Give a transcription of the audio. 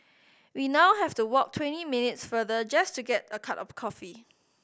we now have to walk twenty minutes farther just to get a cup of coffee